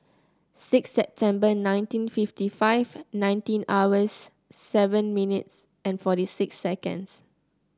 six September nineteen fifty five nineteen hours seven minutes and forty six seconds